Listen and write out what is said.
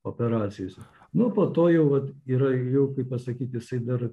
operacijose nu po to jau vat yra jau kaip pasakyt jisai dar